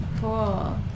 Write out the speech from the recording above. Cool